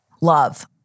love